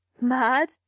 Mad